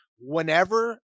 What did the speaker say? whenever